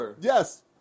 yes